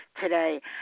today